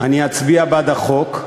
שאני אצביע בעד החוק,